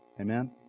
Amen